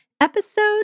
episode